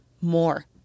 more